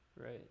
Right